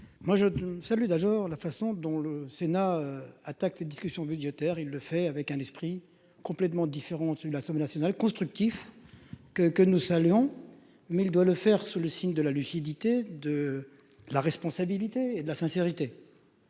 moi je salue d'ailleurs la façon dont le Sénat attaque les discussions budgétaires, il le fait avec un esprit complètement différent de celui de l'Assemblée nationale constructif que que nous saluons mais il doit le faire sous le signe de la lucidité, de la responsabilité et de la sincérité.